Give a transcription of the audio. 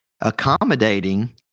accommodating